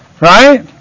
Right